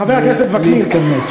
חבר הכנסת וקנין,